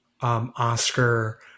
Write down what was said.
Oscar